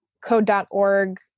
code.org